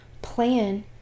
plan